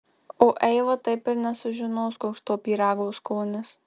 o eiva taip ir nesužinos koks to pyrago skonis